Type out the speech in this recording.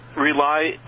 rely